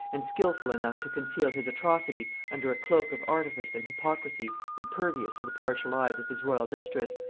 and skilful enough to conceal his atrocity under a cloak of artifice and hypocrisy impervious to the partial eyes of his royal mistress,